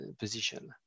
position